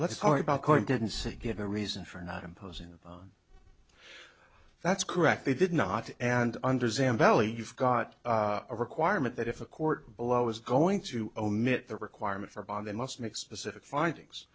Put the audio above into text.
let's talk about court didn't say give a reason for not imposing that's correct they did not and under sam belli you've got a requirement that if a court below is going to omit the requirement for bond they must make specific findings